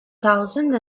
thousand